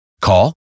Call